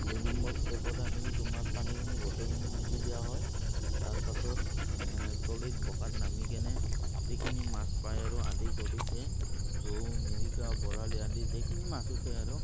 দুই নম্বৰ ষ্টেপত আহিল তোমাৰ পানীখিনি গোটেইখিনি সিঁচি দিয়া হয় তাৰপাছত তৰিত বকাত নামি কেনে যিখিনি মাছ পায় আৰু আদি কৰিকে ৰৌ মিৰিকা বৰালি আদি যেইখিনি মাছ উঠে আৰু